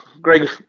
Greg